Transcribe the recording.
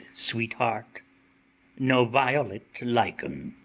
sweetheart no violet like em.